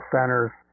Center's